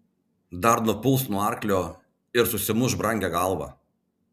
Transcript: dar nupuls nuo arklio ir susimuš brangią galvą